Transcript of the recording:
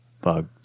bug